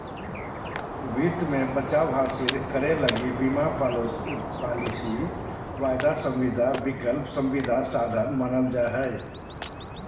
वित्त मे बचाव हासिल करे लगी बीमा पालिसी, वायदा संविदा, विकल्प संविदा साधन मानल जा हय